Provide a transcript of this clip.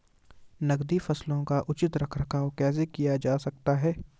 नकदी फसलों का उचित रख रखाव कैसे किया जा सकता है?